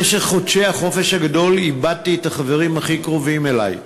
במשך חודשי החופש הגדול איבדתי את החברים הכי קרובים אלי,